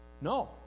No